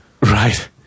Right